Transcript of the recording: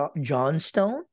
Johnstone